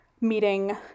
meeting